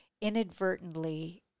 inadvertently